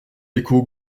échos